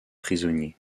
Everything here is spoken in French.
prisonnier